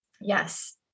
Yes